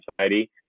society